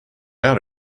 out